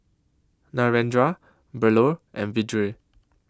Narendra Bellur and Vedre